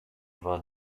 war